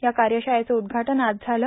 या कार्यशाळेचं उदुघाटन आज झालं